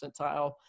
percentile